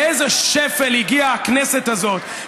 לאיזה שפל הגיעה הכנסת הזאת,